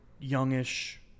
youngish